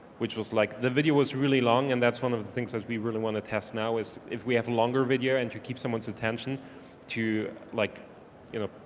which was like, the video was really long and that's one of the things that we really want to test now, is if we have a longer video and you keep someone's attention to like you know,